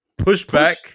Pushback